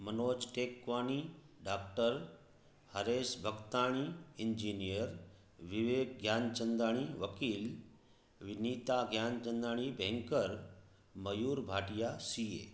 Manoj Tekwani doctor Harish Bhagtani engineer Vivek Gyanchandani वकील Vinita Gyanchandani banker Mayur Bhatia C ए